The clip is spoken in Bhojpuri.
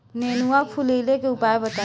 नेनुआ फुलईले के उपाय बताईं?